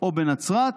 או בנצרת,